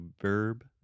verb